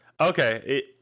Okay